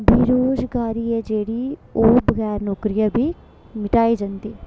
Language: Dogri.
बेरोजगारी ऐ जेह्ड़ी ओह् बगैर नौकरियै बी मिटाई जंदी